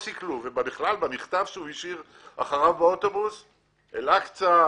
במכתב שהוא השאיר אחריו באוטובוס הוא מזכיר את אל-אקצה,